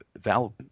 Val